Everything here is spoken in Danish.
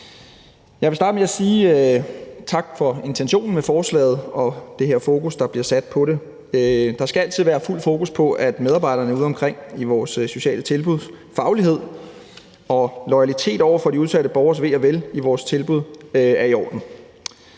Jeg vil starte med at sige tak for intentionen med forslaget og det her fokus, der bliver sat. Der skal altid være fuld fokus på medarbejdernes faglighed udeomkring i vores sociale tilbud og på, at loyaliteten over for de udsatte borgeres ve og vel i vores tilbud er i orden.